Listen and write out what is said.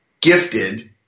gifted